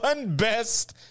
best